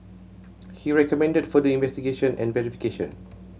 he recommended further investigation and verification